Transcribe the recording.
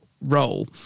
role